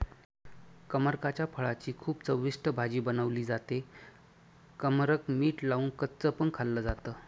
कमरकाच्या फळाची खूप चविष्ट भाजी बनवली जाते, कमरक मीठ लावून कच्च पण खाल्ल जात